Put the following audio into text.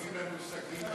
לא תוקעים לנו סכין בגב?